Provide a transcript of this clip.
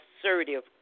assertive